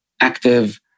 active